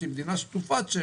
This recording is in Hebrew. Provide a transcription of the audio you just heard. שהיא מדינה שטופת שמש.